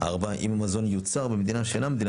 אם המזון יוצר במדינה שאינה מדינה